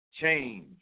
change